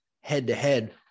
head-to-head